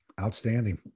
Outstanding